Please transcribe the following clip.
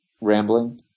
rambling